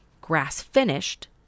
grass-finished